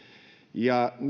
ja